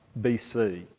bc